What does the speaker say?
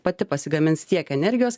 pati pasigamins tiek energijos